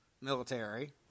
military